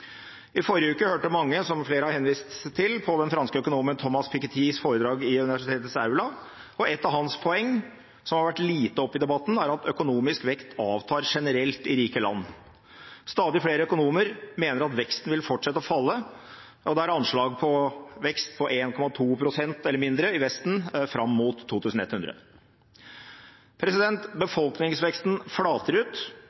I forrige uke hørte mange, som flere har henvist til, på den franske økonomen Thomas Pikettys foredrag i Universitetets aula. Et av hans poenger, som har vært lite oppe i debatten, er at økonomisk vekst generelt avtar i rike land. Stadig flere økonomer mener at veksten vil fortsette å falle, og det er anslag om vekst på 1,2 pst. eller mindre i Vesten fram mot 2100.